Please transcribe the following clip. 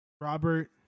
Robert